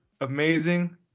amazing